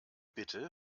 bitte